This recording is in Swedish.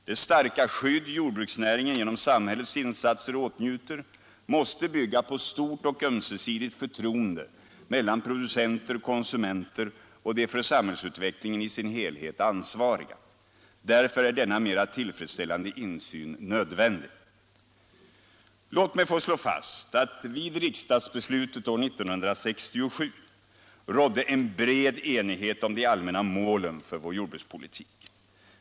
Det starka skydd som jordbruksnäringen genom samhällets insatser åtnjuter måste bygga på stort och ömsesidigt förtroende mellan producenter, konsumenter och de för samhällsutvecklingen i dess helhet ansvariga. Därför är denna mera tillfredsställande insyn nödvändig. Låt mig få slå fast att vid riksdagsbeslutet år 1967 rådde en bred enighet om de allmänna målen för vår jordbrukspolitik.